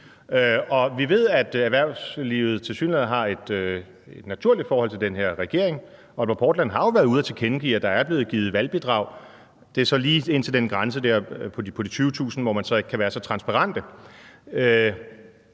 vi ved, at erhvervslivet tilsyneladende har et naturligt forhold til den her regering. Aalborg Portland har jo været ude at tilkendegive, at der er blevet givet valgbidrag – det er så lige op til den grænse på de 20.000 kr., hvor man ikke kan være så transparent.